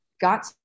got